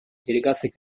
делегацией